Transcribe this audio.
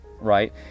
right